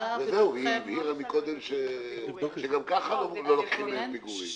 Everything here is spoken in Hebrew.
-- היא הבהירה מקודם שגם כך לא לוקחים מהם ריבית פיגורים.